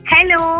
Hello